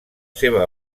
seva